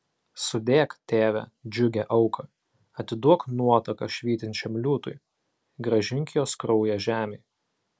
sudėk tėve džiugią auką atiduok nuotaką švytinčiam liūtui grąžink jos kraują žemei